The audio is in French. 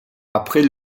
après